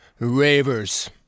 ravers